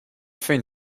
fait